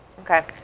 Okay